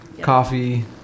coffee